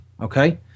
Okay